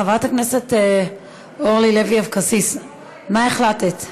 חברת הכנסת אורלי לוי אבקסיס, מה החלטת?